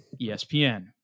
ESPN